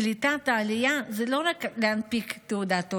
קליטת העלייה זה לא רק להנפיק תעודת עולה,